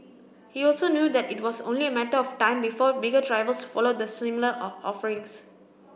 he also knew that it was only a matter of time before bigger rivals followed the similar offerings